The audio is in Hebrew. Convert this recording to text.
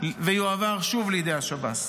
ויועבר שוב לידי השב"ס.